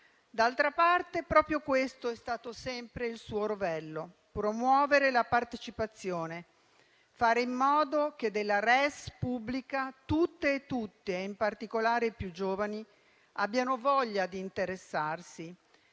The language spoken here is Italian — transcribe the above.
D'altra parte, proprio questo è stato sempre il suo rovello: promuovere la partecipazione, fare in modo che della *res publica* tutti e tutte, in particolare i più giovani, abbiano voglia di interessarsi